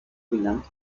bilanz